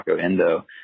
Endo